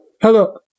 hello